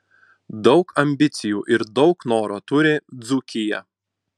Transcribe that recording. daug ambicijų ir daug noro turi dzūkija